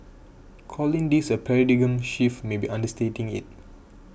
calling this a paradigm shift may be understating it